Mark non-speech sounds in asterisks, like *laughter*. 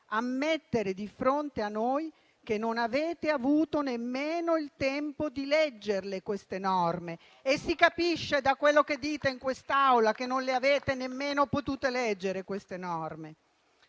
ammettere di fronte a noi che non avete avuto nemmeno il tempo di leggere queste norme. *applause* E si capisce da quello che dite in quest'Aula che non le avete nemmeno potute leggere. Non